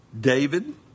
David